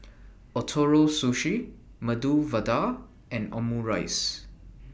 Ootoro Sushi Medu Vada and Omurice